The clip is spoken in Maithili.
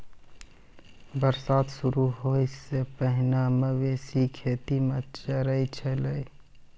बरसात शुरू होय सें पहिने मवेशी खेतो म चरय छलै